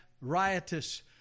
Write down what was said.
riotous